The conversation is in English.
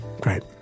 Great